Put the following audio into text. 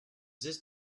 this